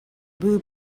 boo